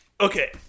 Okay